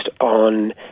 on